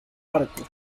arco